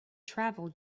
travel